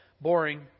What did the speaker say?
boring